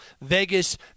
Vegas